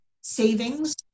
savings